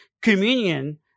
communion